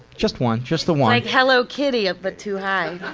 just one just the one. like hello kitty up, but too high.